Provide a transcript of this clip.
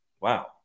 Wow